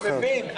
אני מבין.